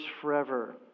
forever